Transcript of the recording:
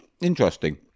interesting